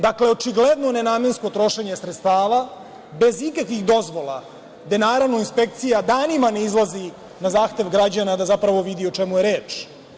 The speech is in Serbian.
Dakle, očigledno nenamensko trošenje sredstava, bez ikakvih dozvola, gde naravno inspekcija danima ne izlazi na zahtev građana da zapravo vidi o čemu je reč.